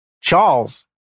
Charles